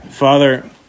Father